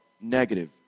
negative